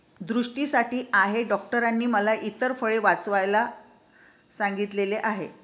दृष्टीसाठी आहे डॉक्टरांनी मला इतर फळे वाचवायला सांगितले आहे